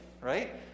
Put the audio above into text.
right